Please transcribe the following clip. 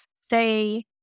say